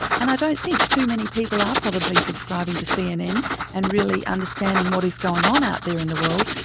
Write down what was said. and i don't think too many people are probably subscribing to cnn and really understanding what is going on out there in the world.